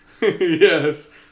Yes